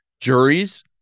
juries